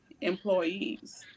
employees